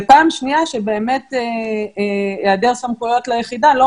פעם שנייה היא שהיעדר סמכויות ליחידה לא